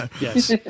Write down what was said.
yes